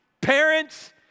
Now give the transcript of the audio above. Parents